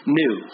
new